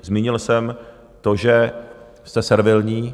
Zmínil jsem to, že jste servilní.